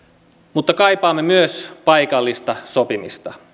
mutta kaipaamme myös paikallista sopimista